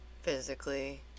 physically